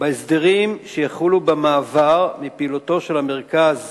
בהסדרים שיחולו במעבר מפעילותו של המרכז